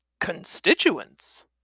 Constituents